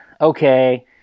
okay